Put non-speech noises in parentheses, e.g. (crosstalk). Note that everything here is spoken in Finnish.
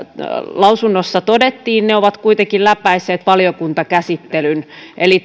lausunnossa todettiin ovat kuitenkin läpäisseet valiokuntakäsittelyn eli (unintelligible)